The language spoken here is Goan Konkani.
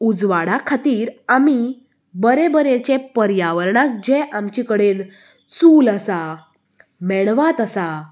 उजवाडा खातीर आमीं बरें बरेंचें पर्यावरणात जें आमचें कडेन चूल आसा मेणवात आसा